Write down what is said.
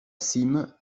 cîme